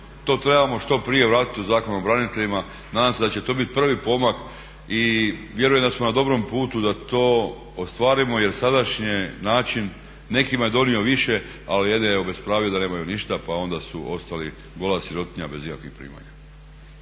To trebamo što prije vratiti u Zakon o braniteljima. Nadam se da će to biti prvi pomak i vjerujem da smo na dobrom putu da to ostvarimo, jer sadašnji način nekima je donio više, a jedne je obespravio da nemaju ništa, pa onda su ostali gola sirotinja bez ikakvih primanja.